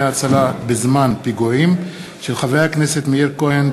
בהצעתם של חברי הכנסת מאיר כהן,